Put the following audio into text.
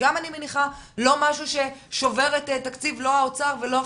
שגם אני מניחה שזה לא משהו ששובר לא את תקציב האוצר ולא החינוך.